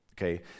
Okay